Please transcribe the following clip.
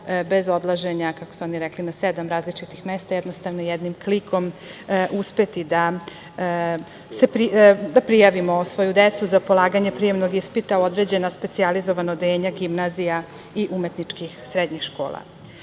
bez odlaženja, kako su oni rekli, na sedam različitih mesta, jednostavno jednim klikom uspeti da prijavimo svoju decu za polaganje prijemnog ispita u o određena specijalizovana odeljenja gimnazija i umetničkih srednjih škola. Novina